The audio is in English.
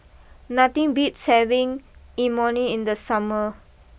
nothing beats having Imoni in the summer